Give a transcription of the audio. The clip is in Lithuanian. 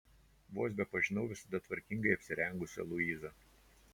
vos bepažinau visada tvarkingai apsirengusią luizą